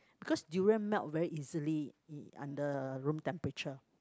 because durian melt very easily u~ under room temperature